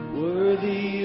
worthy